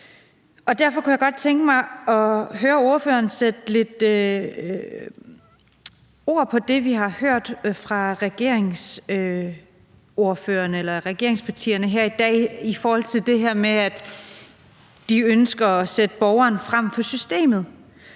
derfor kunne jeg godt tænke mig at høre ordføreren sætte lidt ord på det, vi har hørt fra ordførerne for regeringspartierne her i dag i forhold til det her med, at de ønsker at sætte borgeren før systemet.